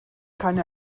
keine